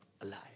alive